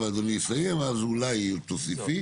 אני אסיים, אז אולי תוסיפי.